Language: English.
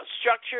Structure